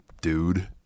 dude